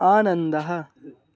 आनन्दः